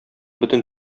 бөтен